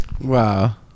Wow